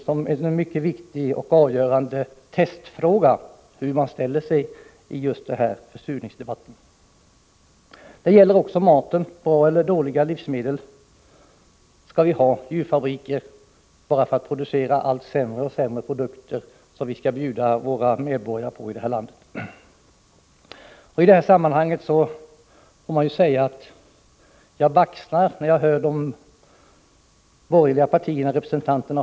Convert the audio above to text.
Det är en mycket viktig och avgörande fråga, där man testar hur folk reagerar på just försurningen. Vidare gäller det maten. Skall vi ha bra eller dåliga livsmedel? Skall vi ha djurfabriker som levererar allt sämre produkter till medborgarna i vårt land? Jag baxnar när jag lyssnar på de borgerliga partiernas representanter.